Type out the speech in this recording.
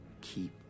keep